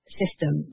system